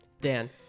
Dan